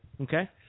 Okay